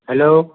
hello